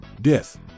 death